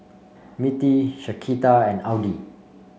Mittie Shaquita and Audy